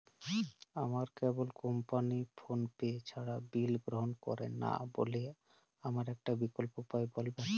আমার কেবল company PhonePe ছাড়া বিল গ্রহণ করে না বলে আমার একটা বিকল্প উপায় বলবেন?